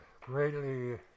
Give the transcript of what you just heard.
greatly